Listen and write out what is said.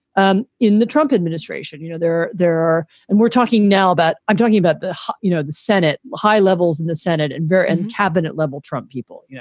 um in the trump administration. you know, they're there. and we're talking now about i'm talking about the you know, the senate high levels in the senate and and cabinet level trump people, yeah